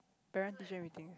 parent teacher meeting